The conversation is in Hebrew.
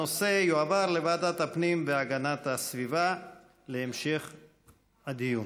הנושא יועבר לוועדת הפנים והגנת הסביבה להמשך הדיון.